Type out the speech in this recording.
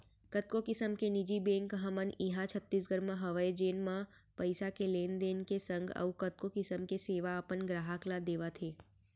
कतको किसम के निजी बेंक हमन इहॉं छत्तीसगढ़ म हवय जेन म पइसा के लेन देन के संग अउ कतको किसम के सेवा अपन गराहक ल देवत हें